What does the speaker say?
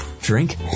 drink